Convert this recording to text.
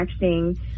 texting